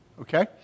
Okay